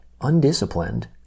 undisciplined